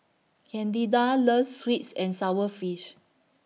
Candida loves Sweet and Sour Fish